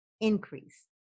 increase